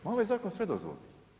Pa ovaj zakon sve dozvali.